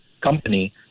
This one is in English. company